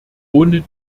ohne